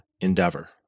endeavor